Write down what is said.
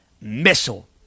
missile